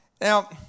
Now